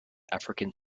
african